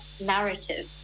narrative